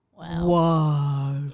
Wow